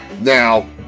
Now